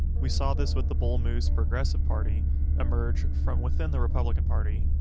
we saw this with the bull moose progressive party emerge from within the republican party.